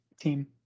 team